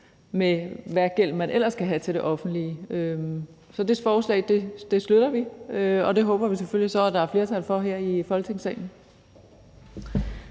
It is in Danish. med, hvilken gæld man ellers kan have til det offentlige. Så det forslag støtter vi, og det håber vi selvfølgelig at der så er flertal for her i Folketingssalen.